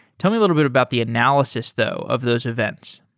tell me a little bit about the analysis though of those events.